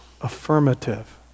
affirmative